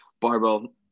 barbell